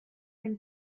and